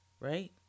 right